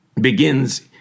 begins